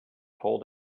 told